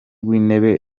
w’intebe